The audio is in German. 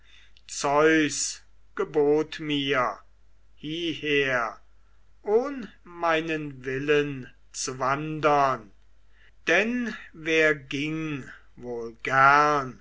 gebot mir hieher ohn meinen willen zu wandern denn wer ginge wohl gern